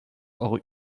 rue